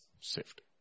Safety